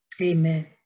Amen